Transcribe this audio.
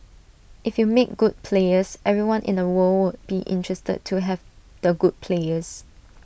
if you make good players everyone in the world will be interested to have the good players